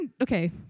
okay